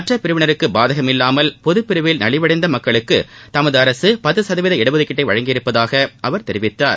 மற்ற பிரிவினருக்கு பாதகமில்லாமல் பொதுப் பிரிவில் நவிவடைந்த மக்களுக்கு தமது அரசு பத்து சதவீத ஒதுக்கீட்டை வழங்கியுள்ளதாக அவர் தெரிவித்தார்